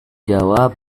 jawab